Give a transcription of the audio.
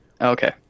Okay